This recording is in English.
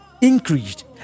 increased